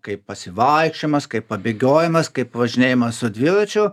kaip pasivaikščiojimas kaip pabėgiojimas kaip važinėjimas su dviračiu